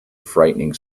frightening